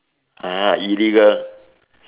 !huh! illegal